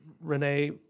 Renee